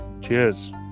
Cheers